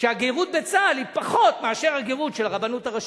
שהגרות בצה"ל היא פחות מהגרות של הרבנות הראשית,